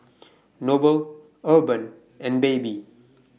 Noble Urban and Baby